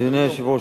אדוני היושב-ראש,